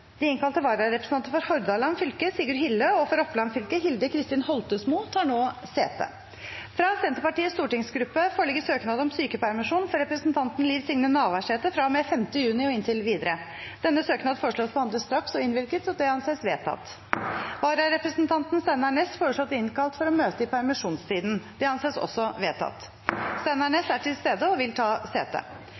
De innkalte vararepresentantene, for Hordaland fylke Sigurd Hille , og for Oppland fylke Hilde Kristin Holtesmo , tar nå sete. Fra Senterpartiets stortingsgruppe foreligger søknad om sykepermisjon for representanten Liv Signe Navarsete fra og med 5. juni og inntil videre. Denne søknad foreslås behandlet straks og innvilget. – Det anses vedtatt. Vararepresentanten, Steinar Ness , foreslås innkalt for å møte i permisjonstiden. – Det anses også vedtatt. Steinar Ness er til stede og vil ta sete.